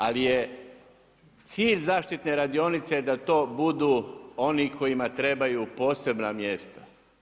Ali je cilj zaštitne radionice da to budu onima kojima trebaju posebna mjesta.